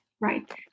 right